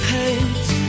hate